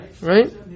Right